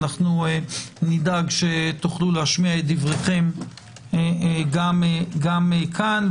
אנחנו נדאג שתוכלו להשמיע את דבריכם גם כאן,